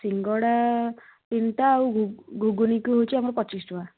ସିଙ୍ଗଡ଼ା ତିନିଟା ଆଉ ଗୁଗୁନିକୁ ହେଉଛି ଆମର ପଚିଶ ଟଙ୍କା